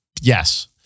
yes